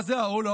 מה זה העול?